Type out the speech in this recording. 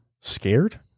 Scared